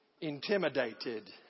intimidated